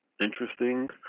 interesting